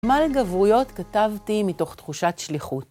מה לגברויות כתבתי מתוך תחושת שליחות?